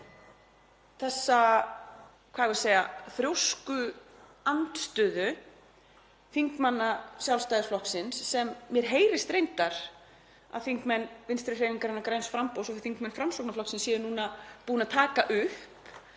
þessa þrjóskuandstöðu þingmanna Sjálfstæðisflokksins sem mér heyrist reyndar að þingmenn Vinstrihreyfingarinnar – græns framboðs og þingmenn Framsóknarflokksins séu núna búin að taka upp,